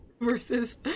versus